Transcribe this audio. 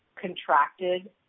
contracted